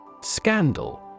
Scandal